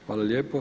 Hvala lijepo.